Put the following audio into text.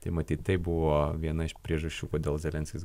tai matyt tai buvo viena iš priežasčių kodėl zelenskis